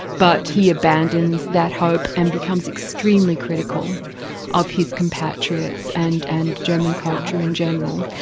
but he abandons that hope and becomes extremely critical of his compatriots and and german culture in general.